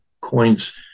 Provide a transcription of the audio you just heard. coins